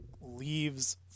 leaves